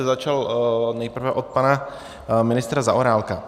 Začal bych nejprve od pana ministra Zaorálka.